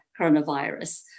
coronavirus